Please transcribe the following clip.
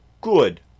good